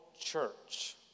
church